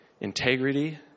integrity